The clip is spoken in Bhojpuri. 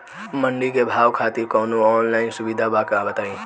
मंडी के भाव खातिर कवनो ऑनलाइन सुविधा बा का बताई?